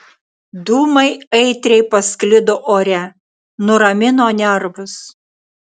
dūmai aitriai pasklido ore nuramino nervus